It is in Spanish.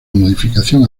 modificación